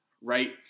right